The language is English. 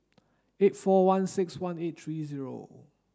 eight four one six one eight three zero